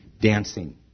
dancing